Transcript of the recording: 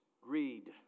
greed